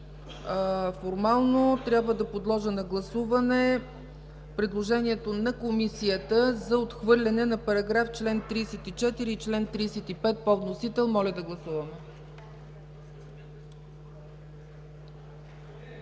формално трябва да подложа на гласуване предложението на Комисията за отхвърляне на чл. 34 и чл. 35 по вносител. Гласували